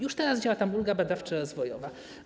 Już teraz działa tam ulga badawczo-rozwojowa.